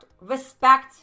respect